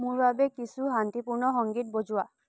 মোৰ বাবে কিছু শান্তিপূৰ্ণ সংগীত বজোৱা